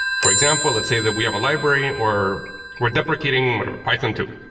for example, let's say that we have a library or we're deprecating, whatever, python two.